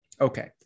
Okay